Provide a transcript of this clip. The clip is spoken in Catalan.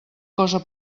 cosa